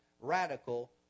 radical